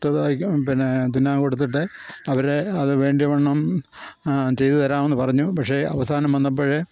shirt തയ്ക്കാൻ പിന്നെ തുന്നാൻ കൊടുത്തിട്ട് അവർ അത് വേണ്ടിയവണ്ണം ചെയ്തു തരാമെന്ന് പറഞ്ഞു പക്ഷെ അവസാനം വന്നപ്പോൾ